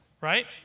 Right